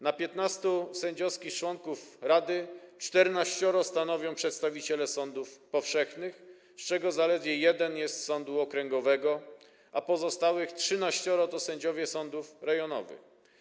Na 15 sędziowskich członków rady 14 stanowią przedstawiciele sądów powszechnych, z czego zaledwie jeden jest z sądu okręgowego, a pozostałych 13 to sędziowie sądów rejonowych.